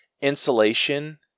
insulation